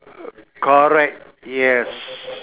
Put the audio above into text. correct yes